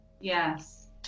Yes